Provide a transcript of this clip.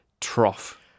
trough